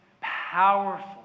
powerful